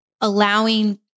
allowing